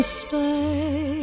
stay